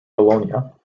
bologna